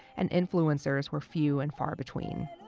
and influencers were few and far between.